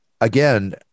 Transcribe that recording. Again